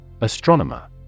Astronomer